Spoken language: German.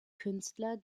künstler